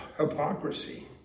hypocrisy